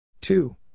two